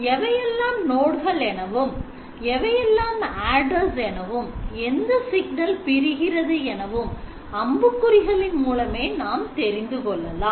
எவையெல்லாம் node கல் எனவும் எவையெல்லாம் adders எனவும் எந்த சிக்னல் பிரிகிறது எனவும் அம்புக்குறி களின் மூலமே நாம் தெரிந்து கொள்ளலாம்